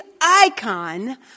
icon